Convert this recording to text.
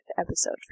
episode